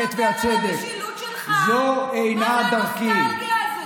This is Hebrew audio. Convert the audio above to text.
זו אינה דרכי.